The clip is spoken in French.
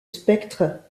spectres